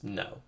no